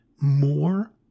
more